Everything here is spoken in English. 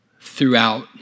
throughout